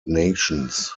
nations